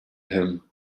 him